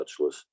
touchless